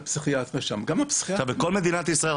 אומרים לו ללכת לפסיכיאטר --- מכל מדינת ישראל,